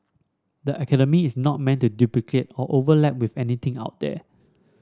the academy is not meant to duplicate or overlap with anything out there